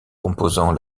composant